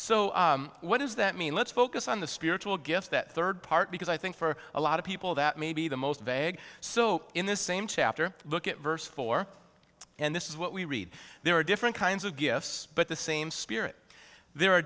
so what does that mean let's focus on the spiritual gifts that third part because i think for a lot of people that may be the most vague so in the same chapter look at verse four and this is what we read there are different kinds of gifts but the same spirit there are